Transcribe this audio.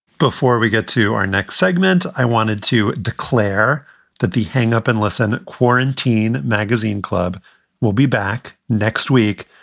before we get to our next segment, i wanted to declare that the hang up and listen, quarantine magazine club will be back next week.